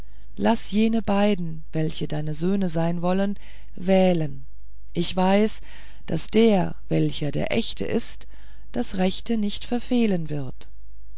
laß jene beiden welche deine söhne sein wollen wählen ich weiß daß der welcher der echte ist das rechte nicht verfehlen wird